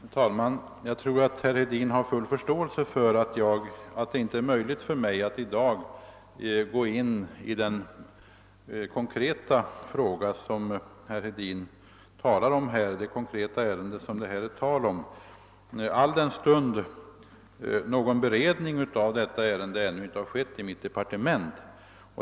Herr talman! Jag tror att herr Hedin har full förståelse för att det inte är möjligt för mig att i dag gå in på det konkreta ärende som herr Hedin talat om, alldenstund någon beredning av detta ärende ännu inte har skett i mitt departement.